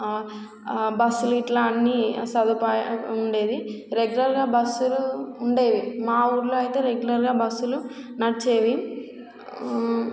బస్సులు ఇలా అన్నీ సదుపాయాలు ఉండేది రెగ్యులర్గా బస్సులు ఉండేవి మా ఊర్లో అయితే రెగ్యులర్గా బస్సులు నడిచేవి